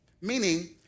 Meaning